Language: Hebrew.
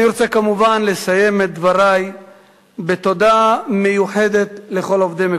אני רוצה כמובן לסיים את דברי בתודה מיוחדת לכל עובדי "מקורות",